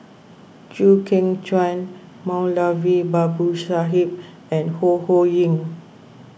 Chew Kheng Chuan Moulavi Babu Sahib and Ho Ho Ying